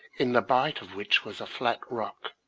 in the bight of which was a flat rock.